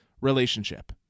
relationship